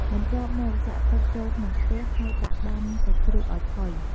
បន្ទាប់មកចាក់ទឹកចូលក្នុងខ្ទះ ហើយដាក់ដាំសាច់ជ្រូកឱ្យផុយ។